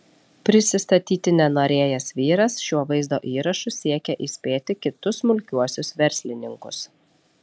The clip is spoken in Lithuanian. prisistatyti nenorėjęs vyras šiuo vaizdo įrašu siekia įspėti kitus smulkiuosius verslininkus